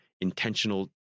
intentional